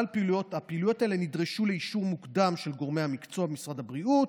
הפעילויות האלה נדרשו לאישור מוקדם של גורמי המקצוע במשרד הבריאות,